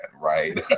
Right